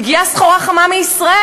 מגיעה סחורה חמה מישראל,